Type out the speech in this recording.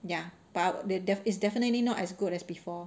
ya but the def~ it's definitely not as good as before